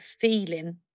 feeling